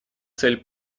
цель